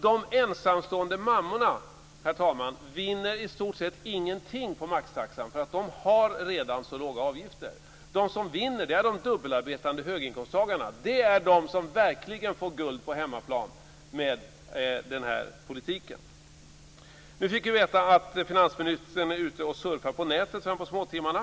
De ensamstående mammorna vinner i stort sett ingenting på maxtaxan, herr talman. De har redan så låga avgifter. De som vinner på detta är de dubbelarbetande höginkomsttagarna. Det är de som verkligen får guld på hemmaplan med den här politiken. Nu fick vi veta att finansministern är ute och surfar på nätet fram på småtimmarna.